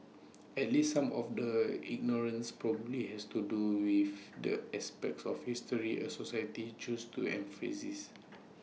at least some of the ignorance probably has to do with the aspects of history A society chooses to emphasise